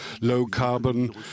low-carbon